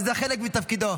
-- וזה חלק מתפקידו.